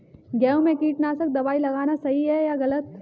गेहूँ में कीटनाशक दबाई लगाना सही है या गलत?